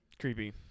creepy